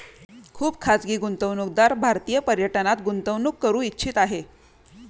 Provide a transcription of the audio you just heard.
खुप खाजगी गुंतवणूकदार भारतीय पर्यटनात गुंतवणूक करू इच्छित आहे